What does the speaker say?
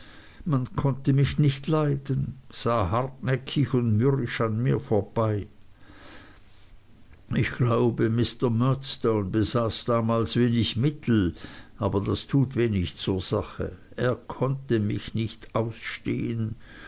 man konnte mich nicht leiden sah hartnäckig und mürrisch an mir vorbei ich glaube mr murdstone besaß damals wenig mittel aber das tut wenig zur sache er konnte mich nicht ausstehen